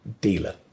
dealer